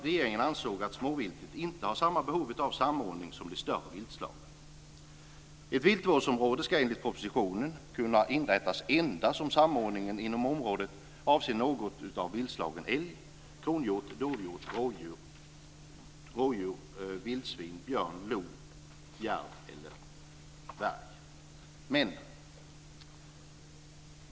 Regeringen anser att det inte finns samma behov av samordning beträffande småviltet som beträffande de större viltslagen. Ett viltvårdsområde ska enligt propositionen kunna inrättas endast om samordningen inom området avser något av viltslagen älg, kronhjort, dovhjort, rådjur, vildsvin, björn, lo, järv eller varg.